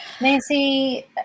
Nancy